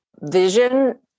vision